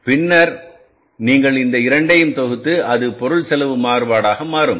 பின்னர் நீங்கள் இந்த இரண்டையும் தொகுத்து அது பொருள் செலவு மாறுபாடாக மாறும்